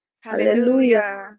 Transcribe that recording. Hallelujah